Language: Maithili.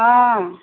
हँ